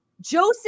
Joseph